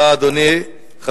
אדוני, תודה.